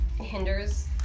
hinders